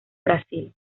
brasil